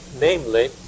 namely